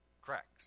Cracks